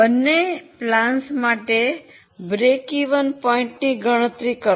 બન્ને યોજનાઓ માટે સમતૂર બિંદુની ગણતરી કરો